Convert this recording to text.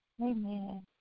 Amen